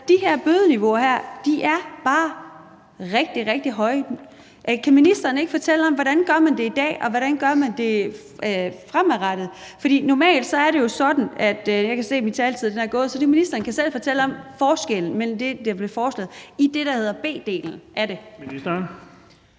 de her bødeniveauer er bare rigtig, rigtig høje. Kan ministeren ikke fortælle om, hvordan man gør det i dag, og hvordan man gør det fremadrettet? Jeg kan se, at min taletid er gået, så ministeren kan selv fortælle om forskellen mellem det, der bliver foreslået, i forhold til det, der hedder B-delen